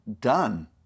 done